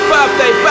Birthday